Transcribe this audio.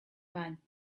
man